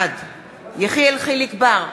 בעד אלי בן-דהן, נגד יחיאל חיליק בר,